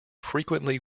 frequently